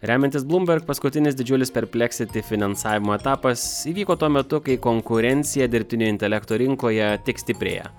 remiantis bloomberg paskutinis didžiulis perpleksiti finansavimo etapas įvyko tuo metu kai konkurencija dirbtinio intelekto rinkoje tik stiprėja